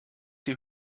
die